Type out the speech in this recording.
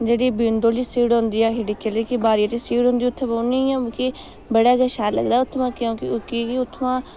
जेह्ड़ी बिंडो आह्ली जेह्ड़ी सीट होंदी ऐ बारी आह्ली सीट होंदी खिड़की आह्ली कि बारी आह्ली सीट होंदी ऐ उत्थें बौह्नी आं मिगी बड़ा गै शैल लगदा उत्थुआं क्योंकि कि के उत्थुआं